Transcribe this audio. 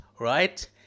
right